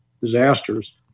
disasters